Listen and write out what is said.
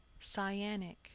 cyanic